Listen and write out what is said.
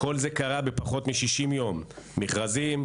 כל זה קרה בפחות מ-60 ימים: מכרזים,